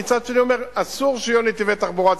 ומצד שני אומר: אסור שיהיו נתיבי תחבורה ציבורית.